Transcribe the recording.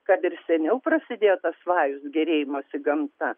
kad ir seniau prasidėjo tas vajus gėrėjimosi gamta